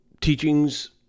teachings